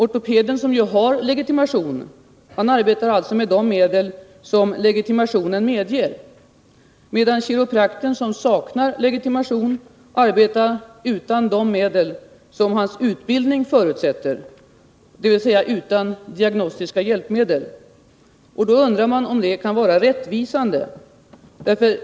Ortopeden, som har legitimation, arbetar med de medel som legitimationen medger, medan kiropraktorn, som saknar legitimation, arbetar utan de medel som hans utbildning förutsätter, dvs. utan diagnostiska hjälpmedel. Jag undrar om det kan vara en rättvisande uppläggning.